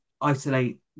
isolate